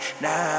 Now